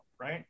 right